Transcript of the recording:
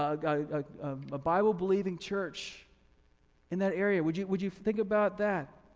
ah a bible believing church in that area would you would you think about that.